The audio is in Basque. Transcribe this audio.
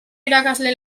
irakasle